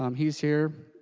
um he is here